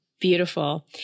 Beautiful